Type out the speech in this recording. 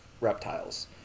reptiles